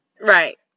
Right